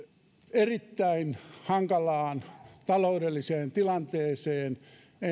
erittäin hankalaan taloudelliseen tilanteeseen